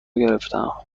گرفتهام